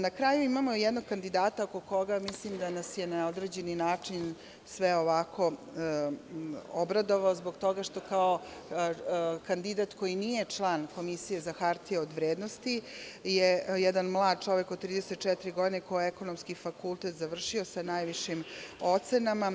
Na kraju imamo jednog kandidata, koji mislim da nas je na određeni način sve obradovao zbog toga što je, kao kandidat koji nije član Komisije za hartije od vrednosti, jedan mlad čovek od 34 godine, koji je Ekonomski fakultet završio sa najvišim ocenama,